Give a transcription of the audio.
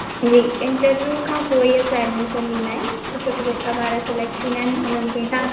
जी interview खां पोई असां एडमिशन ॾींदा आहियूं छो कि जे का ॿार सिलेक्ट थींदा आहिनि हुननि खे हितां